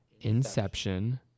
Inception